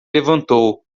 levantou